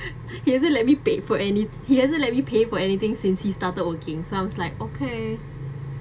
he hasn't let me paid for any he hasn't let me pay for anything since he started working so I was like okay